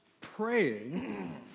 praying